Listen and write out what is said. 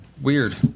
weird